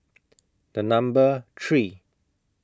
The Number three